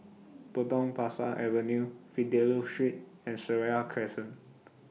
Potong Pasir Avenue Fidelio Street and Seraya Crescent